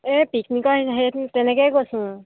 এই পিকনিকৰ হেৰি তেনেকৈয়ে গৈছোঁ